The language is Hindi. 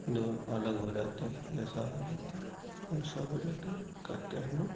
दो अलग हो जाते है ऐसा हो जाता है ऐसा हो जाता कहते हैं ना